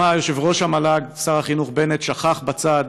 תודה,